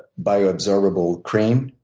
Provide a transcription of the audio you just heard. bio-absorbable cream.